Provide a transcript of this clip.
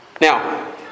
Now